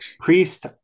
priest